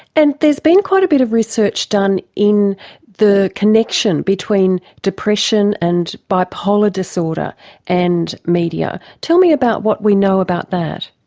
and there's been quite a bit of research done in the connection between depression and bipolar disorder and media. tell me about what we know about that?